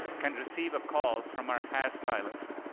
can receive a call from her hairstylist.